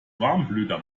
warmblüter